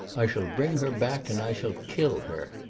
i shall bring her back, and i shall kill her.